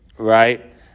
Right